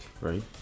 Right